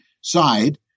side